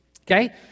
okay